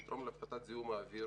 לתרום להפחתת זיהום האוויר